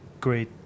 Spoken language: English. great